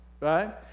right